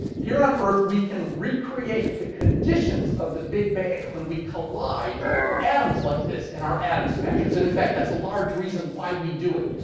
here on earth we can recreate the conditions of the big bang when we collide atoms like this in our atom smashers. and in fact, that's a large reason why we do it,